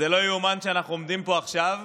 זה לא ייאמן שאנחנו עומדים פה עכשיו,